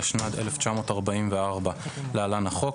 התשנ"ד-1994 (להלן החוק),